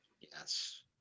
yes